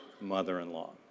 mother-in-law